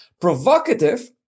Provocative